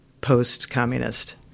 post-communist